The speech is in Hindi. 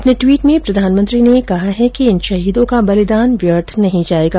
अपने ट्वीट में प्रधानमंत्री ने कहा है कि इन शहीदों का बलिदान व्यर्थ नहीं जाएगा